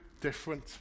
different